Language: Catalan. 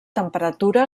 temperatura